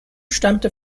stammte